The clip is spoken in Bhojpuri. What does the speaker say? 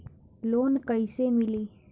लोन कइसे मिली?